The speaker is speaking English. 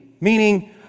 meaning